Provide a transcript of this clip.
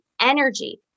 energy